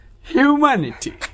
humanity